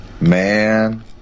man